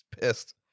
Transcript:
pissed